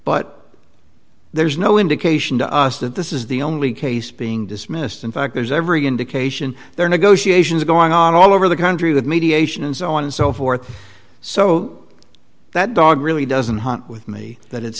but there's no indication to us that this is the only case being dismissed in fact there's every indication there are negotiations going on all over the country with mediation and so on and so forth so that dog really doesn't hunt with me that it's